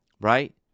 Right